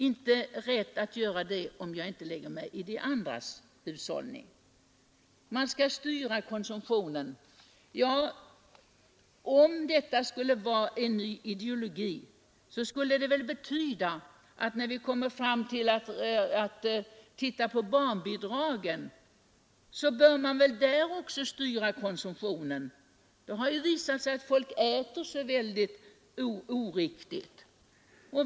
Jag lägger mig ju inte i övriga familjers hushåll. Det sägs att man skall styra konsumtionen. Ja, om detta är uttryck för en ny ideologi, skulle det betyda att man även beträffande barnbidraget borde styra konsumtionen. Det har visat sig att folk näringsmässigt äter så väldigt oriktigt.